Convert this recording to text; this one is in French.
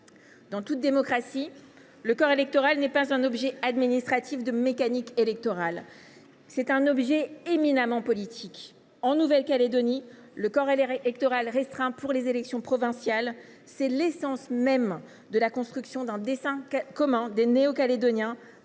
Dans toute démocratie, le corps électoral est non pas un objet administratif de mécanique électorale, mais un objet éminemment politique. En Nouvelle Calédonie, le corps électoral restreint pour les élections provinciales est l’essence même de la construction d’un destin commun des Néo Calédoniens